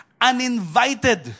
uninvited